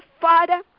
Father